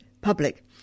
public